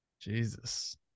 Jesus